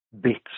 bits